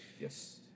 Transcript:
Yes